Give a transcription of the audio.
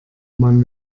man